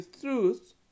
truth